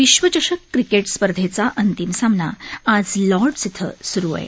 विश्वचषक क्रिकेट स्पर्धेचा अंतिम सामना आज लॉडर्स इथं सुरु आहे